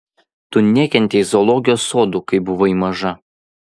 tu nekentei zoologijos sodų kai buvai maža